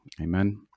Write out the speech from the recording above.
Amen